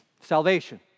salvation